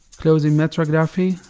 closing metrography,